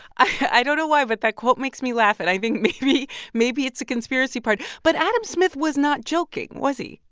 i don't know why, but that quote makes me laugh. and i think maybe maybe it's the conspiracy part. but adam smith was not joking, was he?